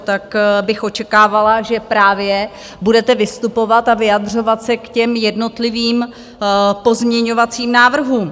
Tak bych očekávala, že právě budete vystupovat a vyjadřovat se k těm jednotlivým pozměňovacím návrhům.